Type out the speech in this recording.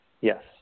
Yes